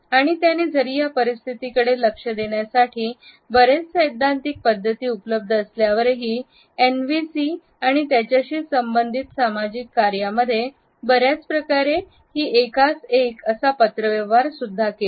आणि त्याने जरी या परिस्थितीकडे लक्ष देण्यासाठी बरेच सैद्धांतिक पद्धती उपलब्ध असल्यावरही एन व्ही सी आणि त्याच्याशी संबंधित सामाजिक कार्यांमध्ये े बर्याच प्रकारे ही एकास एक असा पत्रव्यवहार सुद्धा केला